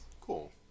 Cool